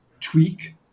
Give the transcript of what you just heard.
tweak